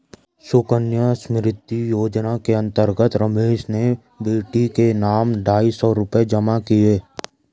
सुकन्या समृद्धि योजना के अंतर्गत रमेश ने बेटी के नाम ढाई सौ रूपए जमा किए